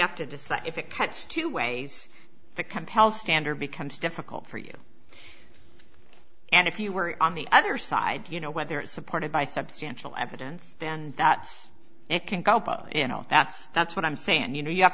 have to decide if it cuts two ways to compel standard becomes difficult for you and if you were on the other side you know whether it's supported by substantial evidence then it can go you know that's that's what i'm saying and you know you have